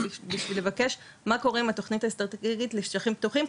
או בשביל לבקש מה קורה עם התוכנית האסטרטגית לשטחים פתוחים,